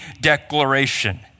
declaration